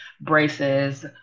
braces